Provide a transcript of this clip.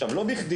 עכשיו לא בכדי,